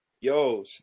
yo